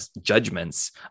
judgments